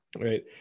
right